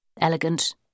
Elegant